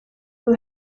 who